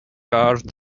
art